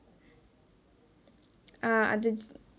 ah அந்த:antha